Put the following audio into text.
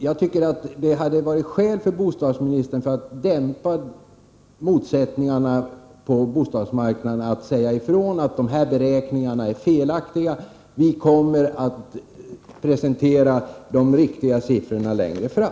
Jag tycker att det hade varit skäl för bostadsministern att försöka dämpa motsättningarna på bostadsmarknaden genom att säga ifrån att dessa beräkningar är felaktiga och att vi kommer att presentera de riktiga siffrorna längre fram.